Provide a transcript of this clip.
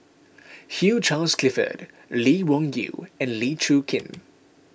Hugh Charles Clifford Lee Wung Yew and Lee Chin Koon